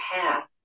path